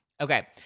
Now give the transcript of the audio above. Okay